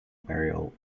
burial